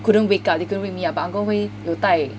couldn't wake up they couldn't wake me up but uncle wen hui 有带